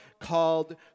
called